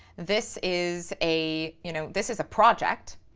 this is a, you know, this is a project,